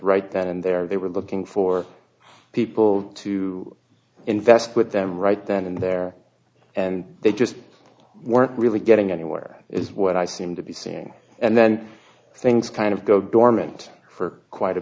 right then and there they were looking for people to invest with them right then and there and they just weren't really getting anywhere is what i seem to be seeing and then things kind of go dormant for quite a